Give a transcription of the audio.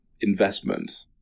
investment